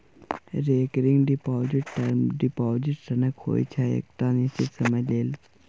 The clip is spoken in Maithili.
रेकरिंग डिपोजिट टर्म डिपोजिट सनक होइ छै एकटा निश्चित समय लेल